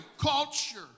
culture